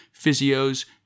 physios